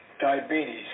diabetes